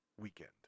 weekend